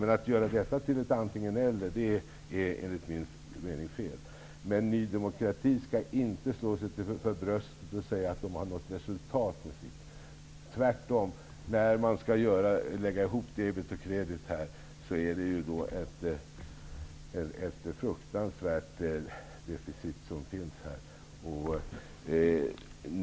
Enligt mitt förmenande är det fel att göra denna fråga till ett antingen--eller. Ny demokrati skall inte slå sig för bröstet och säga att man har nått resultat med sin politik. Tvärtom, när debet och kredit skall läggas ihop blir det ett fruktansvärt stort deficit.